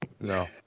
No